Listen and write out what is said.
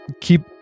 keep